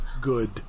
good